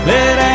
Let